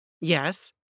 Yes